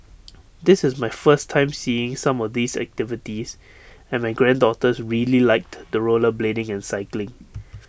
this is my first time seeing some of these activities and my granddaughters really liked the rollerblading and cycling